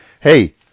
hey